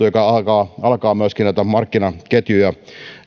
joka alkaa alkaa myöskin näitä markkinaketjuja